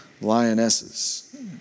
lionesses